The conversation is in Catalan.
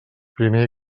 primer